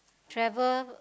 travel